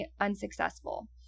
unsuccessful